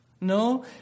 No